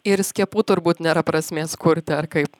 ir skiepų turbūt nėra prasmės kurti ar kaip